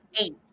Eight